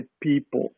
people